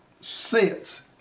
Sets